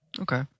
Okay